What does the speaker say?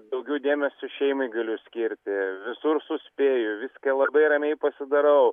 daugiau dėmesio šeimai galiu skirti visur suspėju viską labai ramiai pasidarau